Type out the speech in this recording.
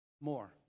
More